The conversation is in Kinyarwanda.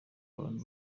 bantu